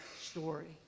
story